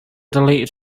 deleted